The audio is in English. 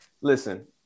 Listen